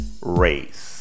race